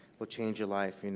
will change your life. and